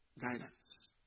guidance